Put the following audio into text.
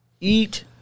eat